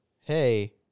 hey